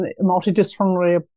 multidisciplinary